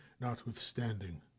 notwithstanding